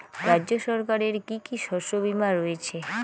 রাজ্য সরকারের কি কি শস্য বিমা রয়েছে?